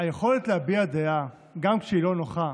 היכולת להביע דעה גם כשהיא לא נוחה,